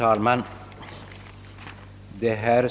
Herr talman!